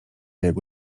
jego